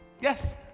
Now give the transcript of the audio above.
Yes